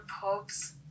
pubs